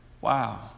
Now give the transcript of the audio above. Wow